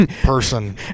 person